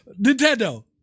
Nintendo